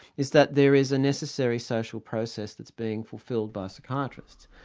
is that there is a necessary social process that's being fulfilled by psychiatrists.